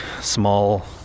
small